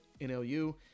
NLU